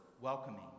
welcoming